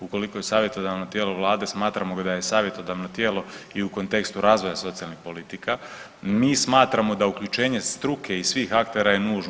Ukoliko je savjetodavno tijelo vlade smatramo ga da je savjetodavno tijelo i u kontekstu razvoja socijalnih politika mi smatramo da uključenje struke i svih aktera je nužno.